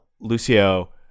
Lucio